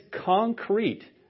concrete